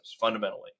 fundamentally